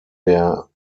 der